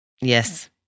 Yes